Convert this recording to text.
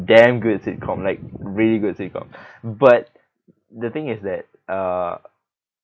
damn good sitcom like really good sitcom but the thing is that uh